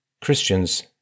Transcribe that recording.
Christians